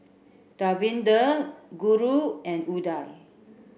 Davinder Guru and Udai